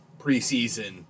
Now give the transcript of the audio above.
preseason